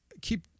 keep